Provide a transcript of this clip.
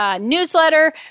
newsletter